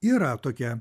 yra tokie